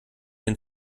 den